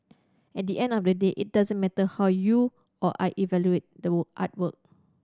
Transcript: at the end of the day it doesn't matter how you or I evaluate the artwork